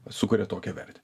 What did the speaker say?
sukuria tokią vertę